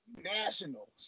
Nationals